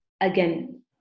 again